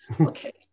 Okay